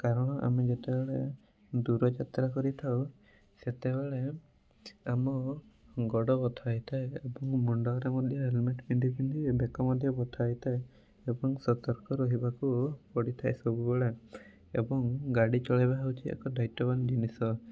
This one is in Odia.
କାରଣ ଆମେ ଯେତେବେଳେ ଦୂର ଯାତ୍ରା କରିଥାଉ ସେତେବେଳେ ଆମ ଗୋଡ଼ ବଥା ହୋଇଥାଏ ଏବଂ ମୁଣ୍ଡରେ ମଧ୍ୟ ହେଲମେଟ୍ ପିନ୍ଧି ପିନ୍ଧି ବେକ ମଧ୍ୟ ବଥା ହୋଇଥାଏ ଏବଂ ସତର୍କ ରହିବାକୁ ପଡ଼ିଥାଏ ସବୁବେଳେ ଏବଂ ଗାଡ଼ି ଚଳାଇବା ହେଉଛି ଏକ ଦାୟିତ୍ଵବାନ ଜିନିଷ